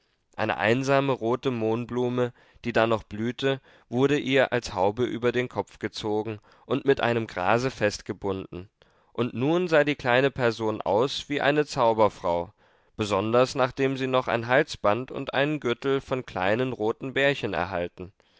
eine einsame rote mohnblume die da noch blühte wurde ihr als haube über den kopf gezogen und mit einem grase festgebunden und nun sah die kleine person aus wie eine zauberfrau besonders nachdem sie noch ein halsband und einen gürtel von kleinen roten beerchen erhalten